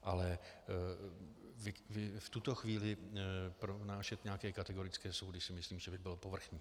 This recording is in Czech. Ale v tuto chvíli pronášet nějaké kategorické soudy si myslím, že by bylo povrchní.